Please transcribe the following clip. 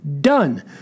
Done